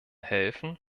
helfen